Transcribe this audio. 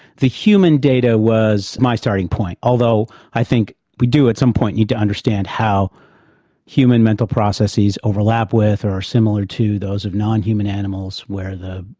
the human data was my starting point, although, i think, we do at some point need to understand how human mental processes overlap with or are similar to those of non-human animals where the,